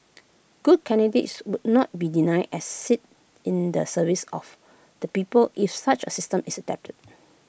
good candidates would not be denied as seat in the service of the people if such A system is adapted